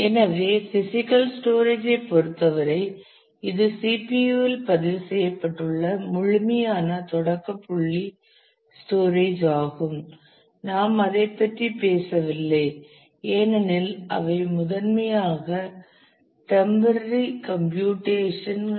எனவே physical storage ஐப் பொறுத்தவரை இது CPUஇல் பதிவு செய்யப்பட்டுள்ள முழுமையான தொடக்கப் புள்ளி ஸ்டோரேஜ் ஆகும் நாம் அதைப் பற்றி பேசவில்லை ஏனெனில் அவை முதன்மையாக டெம்பரரி கம்ப்யூடேசன்கள்